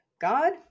God